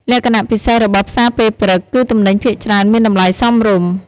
លក្ខណៈពិសេសរបស់ផ្សារពេលព្រឹក គឺទំនិញភាគច្រើនមានតម្លៃសមរម្យ។